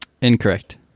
Incorrect